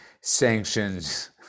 sanctions